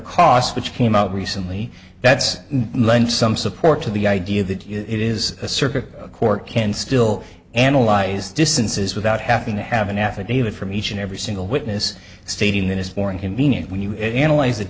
cost which came out recently that's none some support to the idea that it is a circuit court can still analyze distances without having to have an affidavit from each and every single witness stating that it's more inconvenient when you analyze th